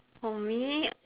for me